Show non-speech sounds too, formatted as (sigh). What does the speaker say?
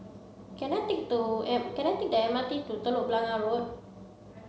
can I take (unintelligible) M can I take the M R T to Telok Blangah Road